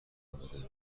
اومده